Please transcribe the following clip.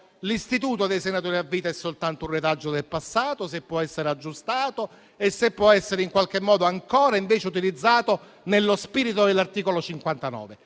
l'istituto dei senatori a vita è soltanto un retaggio del passato, se può essere aggiustato e se può essere in qualche modo ancora invece utilizzato nello spirito dell'articolo 59,